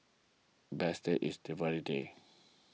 best day is day